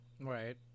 Right